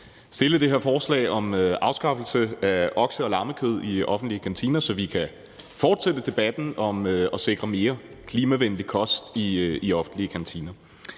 det her forslag om afskaffelse af okse- og lammekød i offentlige kantiner, så vi kan fortsætte debatten om at sikre mere klimavenlig kost i offentlige kantiner.